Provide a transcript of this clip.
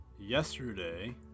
yesterday